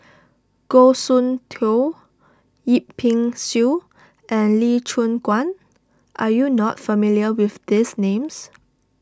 Goh Soon Tioe Yip Pin Xiu and Lee Choon Guan are you not familiar with these names